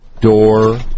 door